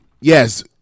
yes